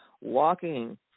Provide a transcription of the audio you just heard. walking